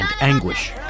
anguish